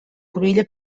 cruïlla